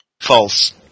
False